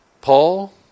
Paul